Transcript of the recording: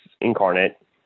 incarnate